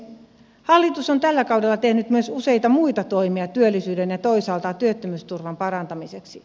hallitus on tällä kaudella tehnyt myös useita muita toimia työllisyyden ja toisaalta työttömyysturvan parantamiseksi